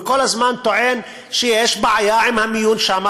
וכל הזמן הוא טוען שיש בעיה עם המיון שם,